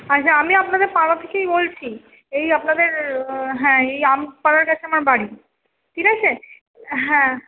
আচ্ছা আমি আপনাদের পাড়া থেকেই বলছি এই আপনাদের হ্যাঁ এই আম পাড়ার কাছে আমার বাড়ি ঠিক আছে হ্যাঁ